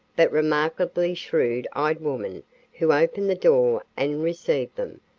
but remarkably shrewd-eyed woman who opened the door and received them.